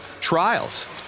trials